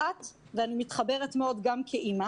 אחת ואני מתחברת מאוד גם כאימא